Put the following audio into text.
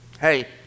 hey